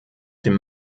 dem